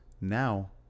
Now